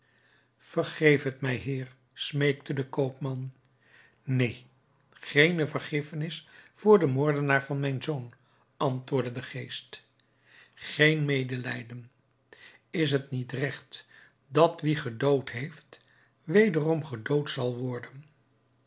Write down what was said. vergeef het mij heer smeekte de koopman neen geene vergiffenis voor den moordenaar van mijn zoon antwoordde de geest geen medelijden is het niet regt dat wie gedood heeft wederom gedood zal worden